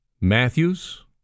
Matthews